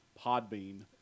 Podbean